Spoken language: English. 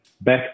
back